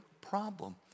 problem